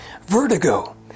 Vertigo